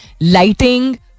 lighting